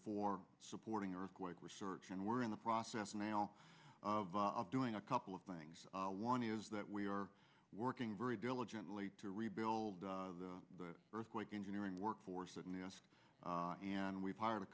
for supporting earthquake research and we're in the process now of doing a couple of things one is that we are working very diligently to rebuild the earthquake engineering workforce and we've hired a